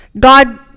God